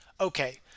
Okay